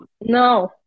No